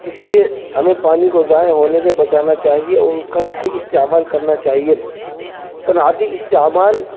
اس لیے ہمیں پانی کو ضائع ہونے سے بچانا چاہیے اور اس کا صحیح استعمال کرنا چاہیے صنعتی استعمال